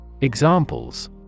Examples